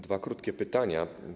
Dwa krótkie pytania.